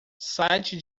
site